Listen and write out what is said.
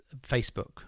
Facebook